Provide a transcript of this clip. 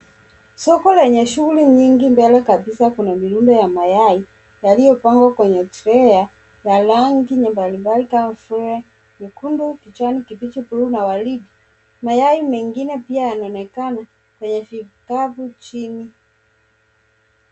Soko lenye shughuli nyingi. Mbele kabisa kuna miundo ya mayai yaliyopangwa kwenye tray ya rangi mbali mbali kama vile: nyekundu, kijani kibichi, bluu na waridi. Mayai mengine pia yanaonekana kwenye vikapu chini.